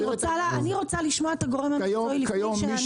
אני רוצה לשמוע את הגורם המקצועי לפני שאני מגבשת דעה.